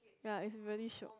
ya is really shiok